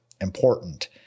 important